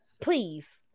Please